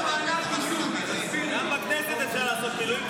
גם בכנסת אפשר לעשות שילוב.